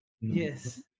Yes